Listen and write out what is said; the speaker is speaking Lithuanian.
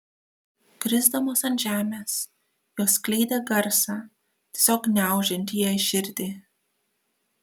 krisdamos ant žemės jos skleidė garsą tiesiog gniaužiantį jai širdį